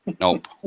Nope